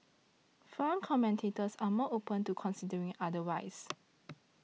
foreign commentators are more open to considering otherwise